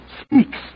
speaks